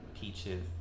peaches